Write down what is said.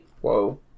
Whoa